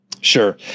Sure